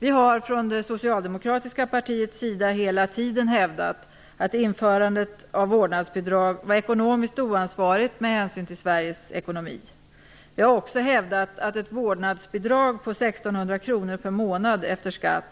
Vi har från det socialdemokratiska partiets sida hela tiden hävdat att införandet av vårdnadsbidrag var ekonomiskt oansvarigt med hänsyn till Sveriges ekonomi. Vi har också hävdat att ett vårdnadsbidrag på 1 600 kronor per månad efter skatt